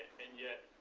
and yet,